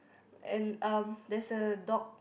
and um there's a dog